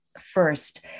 first